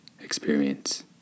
experience